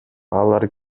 алар